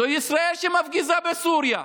זאת ישראל שמפגיזה בסוריה.